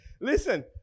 listen